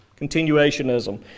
continuationism